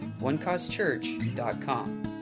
onecausechurch.com